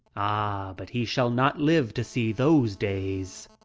ah, but he shall not live to see those days.